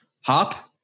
hop